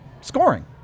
scoring